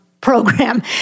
program